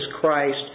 Christ